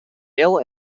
hill